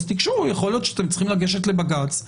אז יכול להיות שאתם צריכים לגשת לבג"ץ.